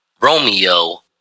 Romeo